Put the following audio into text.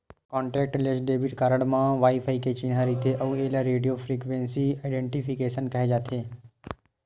contactless debit card म wifi के चिन्हा रहिथे अउ एला रेडियो फ्रिवेंसी आइडेंटिफिकेसन केहे जाथे